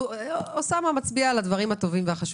אוסאמה מצביע על הדברים הטובים והחשובים.